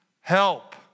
help